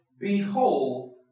behold